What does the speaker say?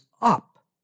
up